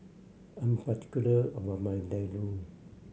I'm particular about my Ladoo